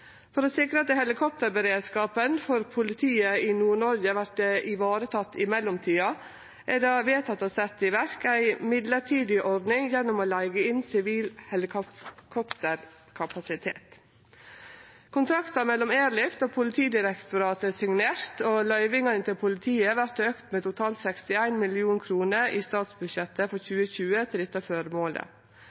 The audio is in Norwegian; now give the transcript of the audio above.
For å sikre at helikopterberedskapen for politiet i Nord-Noreg vert vareteken i mellomtida, er det vedteke å setje i verk ei mellombels ordning gjennom å leige inn sivil helikopterkapasitet. Kontrakten mellom Airlift og Politidirektoratet er signert, og løyvingane til politiet vert auka med totalt 61 mill. kr i statsbudsjettet for 2020 til dette føremålet.